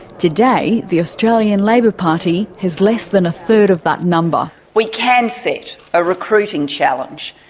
today the australian labor party has less than a third of that number. we can set a recruiting challenge,